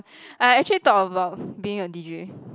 I actually thought about being a D_J